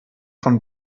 von